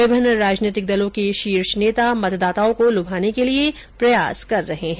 विभिन्न राजनीतिक दलों के शीर्ष नेता मतदाताओं को लुभाने के लिए प्रयास कर रहे हैं